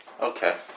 Okay